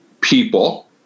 people